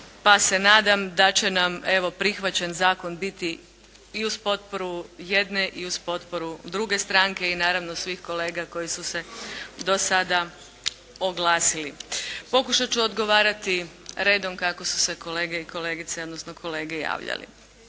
pa se nadam da će nam evo, prihvaćen zakon biti i uz potporu jedne i uz potporu druge stranke i naravno svih kolega koji su se dosada oglasili. Pokušat ću odgovarati redom kako su se kolege i kolegice odnosno kolege javljali.